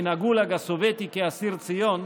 מן הגולאג הסובייטי כאסיר ציון,